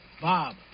Bob